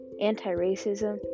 anti-racism